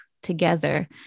together